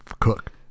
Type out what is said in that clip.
cook